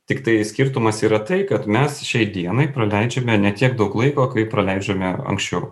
tiktai skirtumas yra tai kad mes šiai dienai praleidžiame ne tiek daug laiko kaip praleidžiame anksčiau